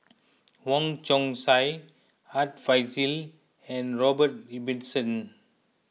Wong Chong Sai Art Fazil and Robert Ibbetson